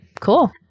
Cool